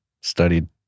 Studied